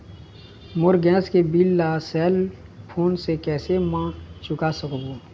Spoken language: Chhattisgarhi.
मोर गैस के बिल ला सेल फोन से कैसे म चुका सकबो?